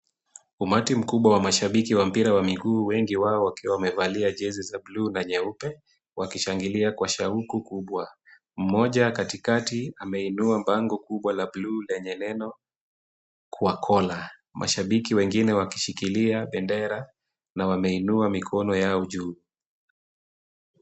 Umati mkubwa wa mashabiki wa mpira wa miguu wengi wao wakiwa wamevalia jezi za bluu na nyeupe, wakishangilia kwa shauku kubwa. Mmoja katikati ameinua bango kubwa la bluu lenye neno KUWAKOLA. Mashabiki wengine wakishikilia bendera na wameinua mikono yao juu.